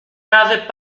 n’avais